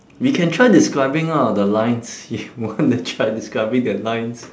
we can try describing ah the lines you wanna try describing the lines